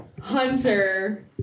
Hunter